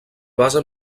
base